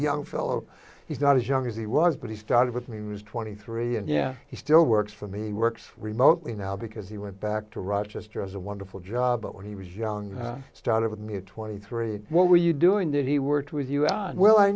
young fellow he's not as young as he was but he started with me was twenty three and yeah he still works for me works remotely now because he went back to rochester as a wonderful job but when he was young the start of a mere twenty three what were you doing that he worked with you on well i